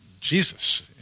Jesus